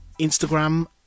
instagram